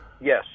Yes